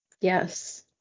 Yes